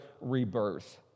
rebirth